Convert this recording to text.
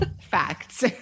facts